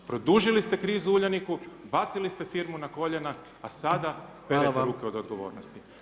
Produžili ste krizu u Uljaniku, bacili ste firmu na koljena a sada perete ruke od odgovornosti.